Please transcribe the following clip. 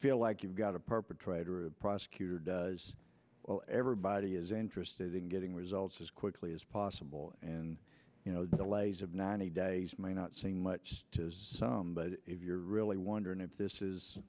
feel like you've got a perpetrator a prosecutor does well everybody is interested in getting results as quickly as possible and you know delays of ninety days may not saying much but if you're really wondering if this